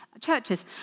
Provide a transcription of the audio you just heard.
churches